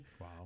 wow